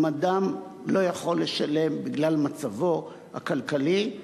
אם אדם לא יכול לשלם בגלל מצבו הכלכלי,